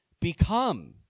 become